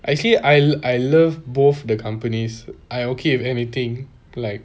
I actually I I love both the companies I okay with anything like